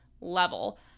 level